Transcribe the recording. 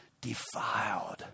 defiled